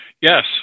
Yes